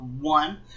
one